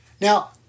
Now